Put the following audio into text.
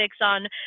on